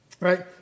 Right